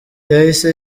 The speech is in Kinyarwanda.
yahise